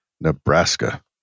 Nebraska